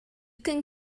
can